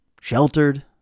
sheltered